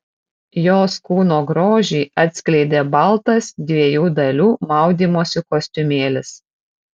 jos kūno grožį atskleidė baltas dviejų dalių maudymosi kostiumėlis